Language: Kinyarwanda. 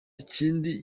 ikindi